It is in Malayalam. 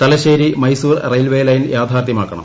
Thalassery Mysore railway line യാഥാർത്ഥ്യമാക്കണം